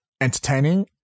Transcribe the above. entertaining